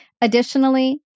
Additionally